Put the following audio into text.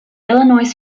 illinois